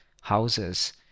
houses